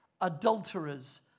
adulterers